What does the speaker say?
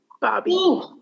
bobby